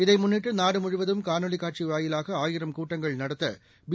இதை முன்னிட்டு நாடு முழுவதும் காணொலி காட்சி வாயிலாக ஆயிரம் கூட்டங்கள் நடத்த பி